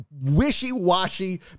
wishy-washy